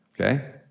Okay